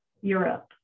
Europe